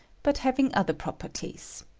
but hav ing other properties.